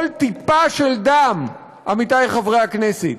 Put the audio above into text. כל טיפה של דם, עמיתי חברי הכנסת,